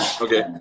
Okay